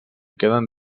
queden